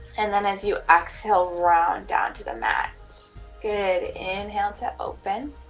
and then as you exhale round down to the mat good inhale to open